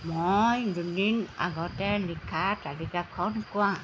মই দুদিন আগতে লিখা তালিকাখন কোৱা